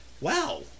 Wow